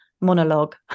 monologue